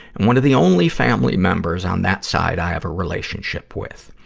and one of the only family members on that side i have a relationship with.